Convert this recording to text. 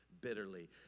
bitterly